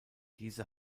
diese